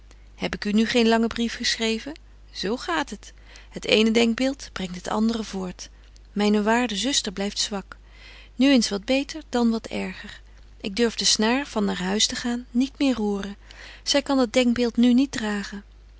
heb ik u nu geen langen brief geschreven zo gaat het het eene denkbeeld brengt het andere voort myne waarde zuster blyft zwak nu eens wat beter dan wat erger ik durf de snaar van naar huis te gaan niet meer roeren zy kan dat denkbeeld nu niet dragen